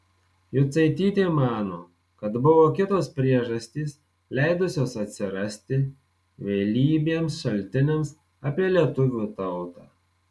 jucaitytė mano kad buvo kitos priežastys leidusios atsirasti vėlybiems šaltiniams apie lietuvių tautą